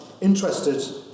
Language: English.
interested